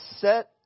set